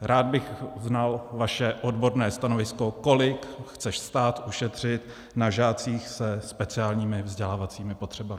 Rád bych znal vaše odborné stanovisko, kolik chce stát ušetřit na žácích se speciálními vzdělávacími potřebami.